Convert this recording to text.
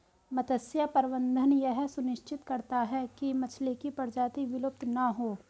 मत्स्य प्रबंधन यह सुनिश्चित करता है की मछली की प्रजाति विलुप्त ना हो